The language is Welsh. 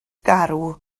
garw